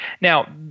now